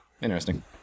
Interesting